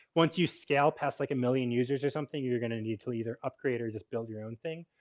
once you scale past like a million users or something you're going to need to either upgrade or just build your own thing.